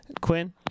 Quinn